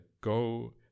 go